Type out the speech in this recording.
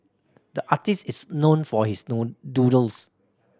the artist is known for his doodles